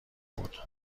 بود